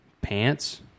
Pants